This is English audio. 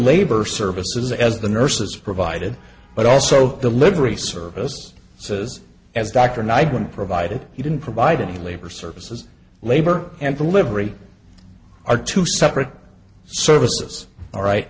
labor services as the nurses provided but also delivery service says as dr night when provided he didn't provide any labor services labor and delivery are two separate services all right